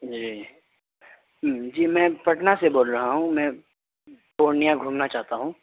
جی جی میں پٹنہ سے بول رہا ہوں میں پورنیہ گھومنا چاہتا ہوں